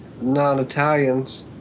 non-Italians